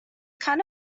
kind